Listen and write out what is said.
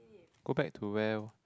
go back to where